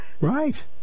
Right